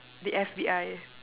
the F_B_I